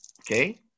Okay